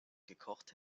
gekocht